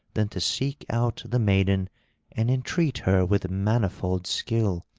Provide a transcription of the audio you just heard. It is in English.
than to seek out the maiden and entreat her with manifold skill.